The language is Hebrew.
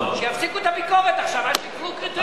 שיפסיקו את הביקורת עכשיו עד שיקבעו קריטריונים.